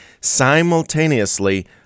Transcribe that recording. simultaneously